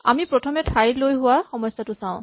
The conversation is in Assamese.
আমি প্ৰথমে ঠাই লৈ হোৱা সমস্যাটো চাওঁ